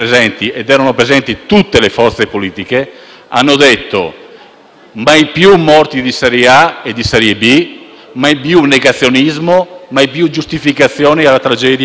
«mai più morti di serie A e di serie B», «mai più negazionismo», «mai più giustificazioni alla tragedia del confine orientale». Ma c'è qualcuno che non si arrende